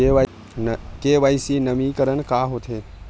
KYC नवीनीकरण का होथे?